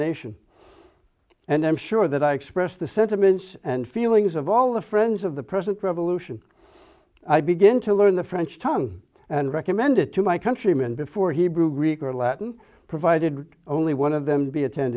nation and i'm sure that i express the sentiments and feelings of all the friends of the present revolution i begin to learn the french tongue and recommend it to my countrymen before hebrew greek or latin provided only one of them to be attend